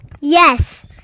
Yes